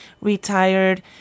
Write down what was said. retired